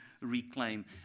reclaim